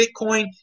Bitcoin